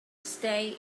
stay